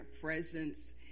presence